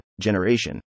generation